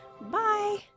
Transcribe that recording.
Bye